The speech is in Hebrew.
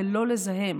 לא לזהם.